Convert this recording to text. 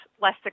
less